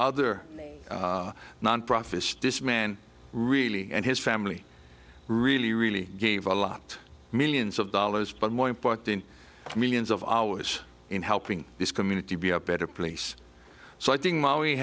other non profits this man really and his family really really gave a lot millions of dollars but more important millions of hours in helping this community be a better place so i think he